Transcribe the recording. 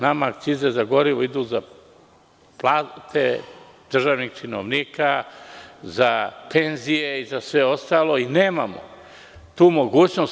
Nama akcize za gorivo idu za plate državnih činovnika, za penzije i za sve ostalo i nemamo tu mogućnost.